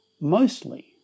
Mostly